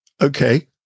Okay